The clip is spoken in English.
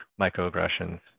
microaggressions